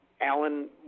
Alan